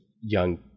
young